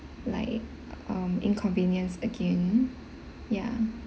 like um inconvenience again ya